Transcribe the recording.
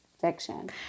fiction